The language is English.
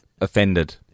offended